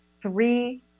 three